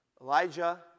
Elijah